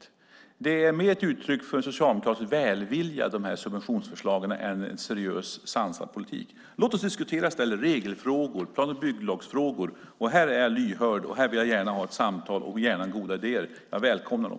De här subventionsförslagen är mer ett uttryck för socialdemokratisk välvilja än för seriös och sansad politik. Låt oss i stället diskutera regelfrågor och plan och bygglagsfrågor! Här är jag lyhörd och vill gärna ha ett samtal och goda idéer. Jag välkomnar dem.